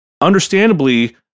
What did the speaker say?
understandably